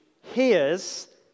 hears